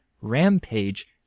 Rampage